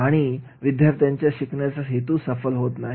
आणि विद्यार्थ्यांचा शिकण्याचा हेतू सफल होत नाही